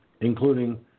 including